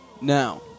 Now